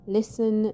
Listen